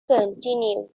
continued